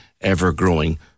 ever-growing